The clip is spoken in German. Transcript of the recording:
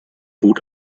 bot